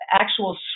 actual